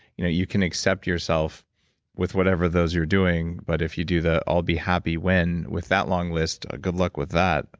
you know you can accept yourself with whatever of those you're doing, but if you do the, i'll be happy when. with that long list, ah good luck with that.